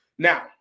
Now